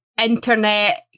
Internet